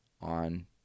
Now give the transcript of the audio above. on